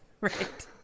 Right